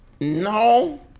no